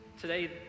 Today